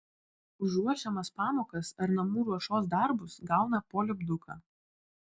už ruošiamas pamokas ar namų ruošos darbus gauna po lipduką